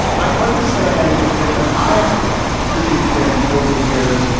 i understand that he i have critiqued him over the years.